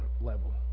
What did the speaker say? level